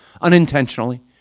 unintentionally